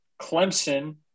Clemson